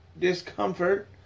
discomfort